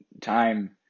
time